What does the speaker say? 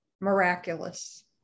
miraculous